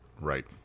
Right